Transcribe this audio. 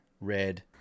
red